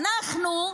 ואנחנו,